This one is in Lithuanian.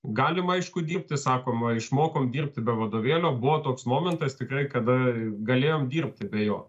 galima aišku dirbti sakoma išmokom dirbti be vadovėlio buvo toks momentas tikrai kada galėjom dirbti be jo